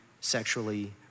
sexually